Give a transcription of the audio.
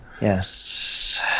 Yes